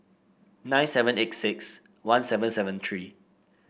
nine seven eight six one seven seven three